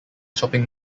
shopping